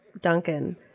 Duncan